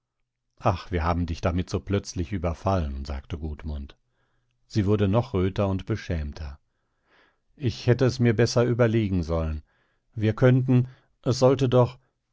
ach wir haben dich damit so plötzlich überfallen sagte gudmund sie wurde noch röter und beschämter ich hätte es mir besser überlegen sollen wir könnten es sollte doch